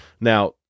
Now